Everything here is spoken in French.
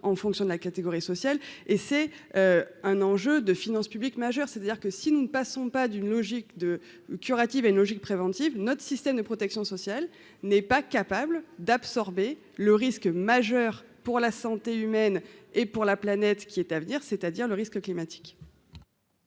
en fonction de la catégorie socio-. Et c'est un enjeu de finances publiques majeur, c'est-à-dire que si nous ne passons pas d'une logique de curative à une logique préventive, notre système de protection sociale n'est pas capable d'absorber le risque majeur pour la santé humaine et pour la planète, qui est à venir, c'est-à-dire le risque climatique.